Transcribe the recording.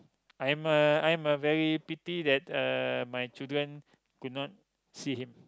I'm a I'm a very pity that uh my children could not see him